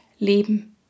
Leben